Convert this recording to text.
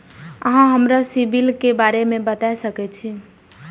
अहाँ हमरा सिबिल के बारे में बता सके छी?